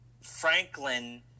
Franklin